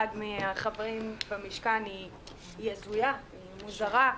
ושהוא --- מנהל --- הפער הזה נוצר,